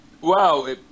Wow